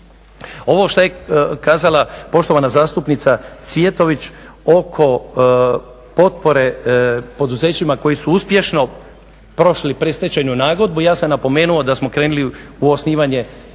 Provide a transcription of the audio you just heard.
Ovo što je kazala poštovana zastupnica Cvjetović oko potpore poduzećima koji su uspješno prošli predstečajnu nagodbu ja sam napomenuo da smo krenuli u osnivanje